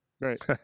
Right